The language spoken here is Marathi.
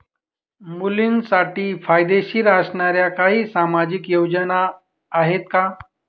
मुलींसाठी फायदेशीर असणाऱ्या काही सामाजिक योजना आहेत का?